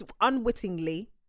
unwittingly